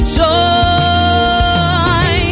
joy